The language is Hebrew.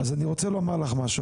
אז אני רוצה לומר לך משהו,